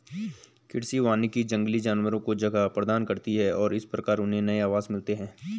कृषि वानिकी जंगली जानवरों को जगह प्रदान करती है और इस प्रकार उन्हें नए आवास मिलते हैं